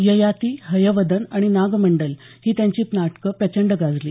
ययाती हयवद्न आणि नागमंडल ही त्यांची नाटकं प्रचंड गाजली